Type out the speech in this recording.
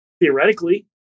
theoretically